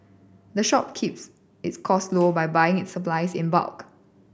the shop keeps its costs low by buying its supplies in bulk